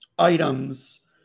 Items